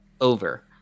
over